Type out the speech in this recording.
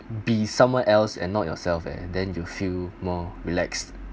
be somewhere else and not yourself eh then you feel more relaxed